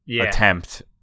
attempt